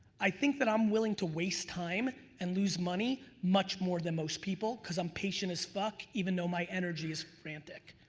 i think that i'm willing to waste time and lose money much more than most people cause i'm patient as fuck, even though my energy is frantic.